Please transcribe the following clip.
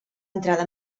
entrada